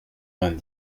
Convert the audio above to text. vingt